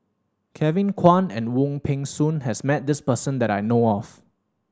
Kevin Kwan and Wong Peng Soon has met this person that I know of